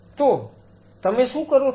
તો તમે શું કરો છો